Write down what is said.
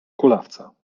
kulawca